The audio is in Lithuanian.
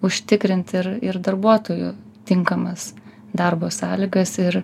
užtikrint ir ir darbuotojų tinkamas darbo sąlygas ir